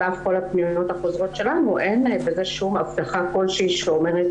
על אף כל הפניות החוזרות שלנו אין בזה שום הבטחה כלשהי שאומרת